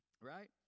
Right